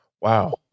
Wow